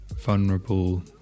vulnerable